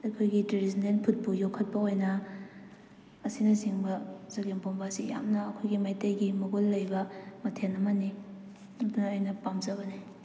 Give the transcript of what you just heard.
ꯑꯩꯈꯣꯏꯒꯤ ꯇ꯭ꯔꯦꯗꯤꯁꯅꯦꯜ ꯐꯨꯗꯄꯨ ꯌꯣꯛꯈꯠꯄ ꯑꯣꯏꯅ ꯑꯁꯤꯅꯆꯤꯡꯕ ꯆꯒꯦꯝꯄꯣꯝꯕ ꯑꯁꯤ ꯌꯥꯝꯅ ꯑꯩꯈꯣꯏꯒꯤ ꯃꯩꯇꯩꯒꯤ ꯃꯒꯨꯟ ꯂꯩꯕ ꯃꯊꯦꯜ ꯑꯃꯅꯤ ꯑꯗꯨꯅ ꯑꯩꯅ ꯄꯥꯝꯖꯕꯅꯤ